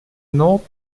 north